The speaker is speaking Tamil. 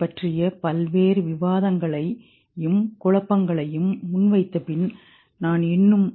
பற்றிய பல்வேறு விவாதங்களையும் குழப்பங்களையும் முன்வைத்தபின் நான் இன்னும்